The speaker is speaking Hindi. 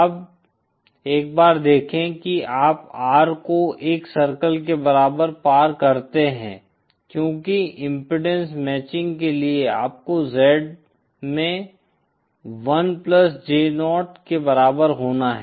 अब एक बार देखें कि आप R को 1 सर्कल के बराबर पार करते हैं क्योंकि इम्पीडेन्स मैचिंग के लिए आपको Z में 1 प्लस J0 के बराबर होना है